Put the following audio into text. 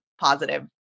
positive